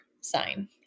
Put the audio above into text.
sign